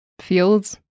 fields